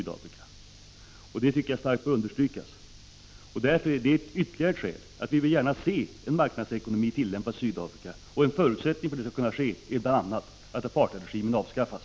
Det tycker jag starkt bör understrykas. Detta är också ytterligare ett skäl för dem som vill se marknadsekonomi tillämpad i Sydafrika att kräva att apartheidsystemet avskaffas.